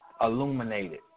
illuminated